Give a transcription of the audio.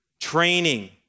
Training